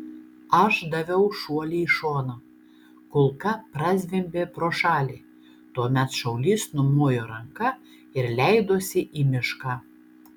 aš daviau šuolį į šoną kulka prazvimbė pro šalį tuomet šaulys numojo ranka ir leidosi į mišką